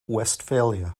westphalia